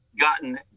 gotten